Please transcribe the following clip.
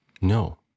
No